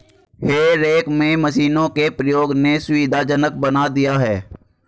हे रेक में मशीनों के प्रयोग ने सुविधाजनक बना दिया है